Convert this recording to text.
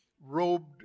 robed